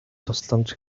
тусламж